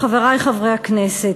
חברי חברי הכנסת,